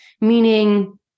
Meaning